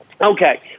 okay